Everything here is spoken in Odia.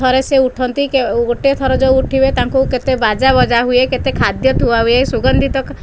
ଥରେ ସେ ଉଠନ୍ତି ଗୋଟିଏ ଥର ଯେଉଁ ଉଠିବେ ତାଙ୍କୁ କେତେ ବାଜା ବଜା ହୁଏ କେତେ ଖାଦ୍ୟ ଥୁଆ ହୁଏ ସୁଗନ୍ଧିତ ଖାଦ୍ୟ